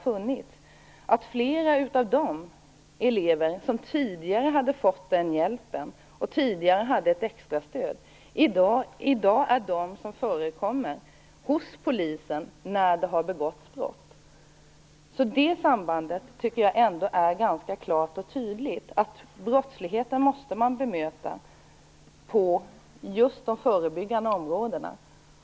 Flera av de elever som tidigare fick denna hjälp och detta extrastöd förekommer i dag hos polisen när det har begåtts brott. Det sambandet tycker jag ändå är ganska klart och tydligt. Brottsligheten måste man bemöta på de förebyggande områdena.